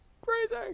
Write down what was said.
Crazy